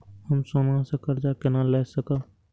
हम सोना से कर्जा केना लाय सकब?